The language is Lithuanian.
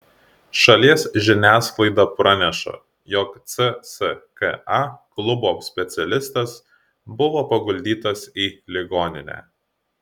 šalies žiniasklaida praneša jog cska klubo specialistas buvo paguldytas į ligoninę